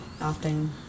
often